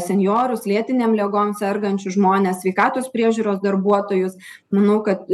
senjorus lėtinėm ligom sergančius žmones sveikatos priežiūros darbuotojus manau kad